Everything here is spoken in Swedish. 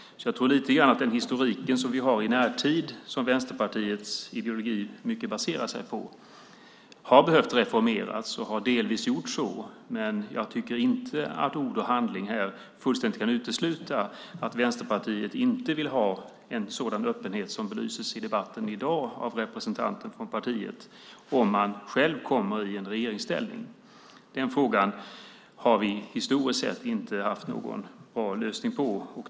Jag tror att den historik vi har i närtid och som Vänsterpartiets ideologi mycket baserar sig på har behövt reformeras och delvis har gjort så, men jag tycker inte att ord och handling fullständigt kan utesluta att Vänsterpartiet inte vill ha en sådan öppenhet som belyses i debatten i dag av en representant från partiet om man själv kommer i regeringsställning. Den frågan har vi historiskt sett inte haft någon bra lösning på.